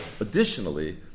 Additionally